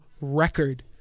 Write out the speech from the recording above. record